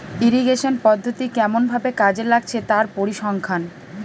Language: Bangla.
ইরিগেশন পদ্ধতি কেমন ভাবে কাজে লাগছে তার পরিসংখ্যান